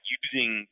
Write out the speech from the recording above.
using